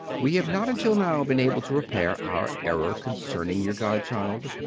we have not until now been able to repair our error concerning your godchild.